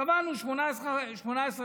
קבענו 18 חודשים.